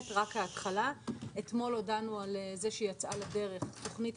לאחר ההצגה נערוך סבב שאלות של חברי